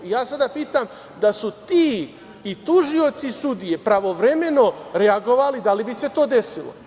Ja sada pitam, da su ti i tužioci i sudije pravovremeno reagovali, da li bi se to desilo?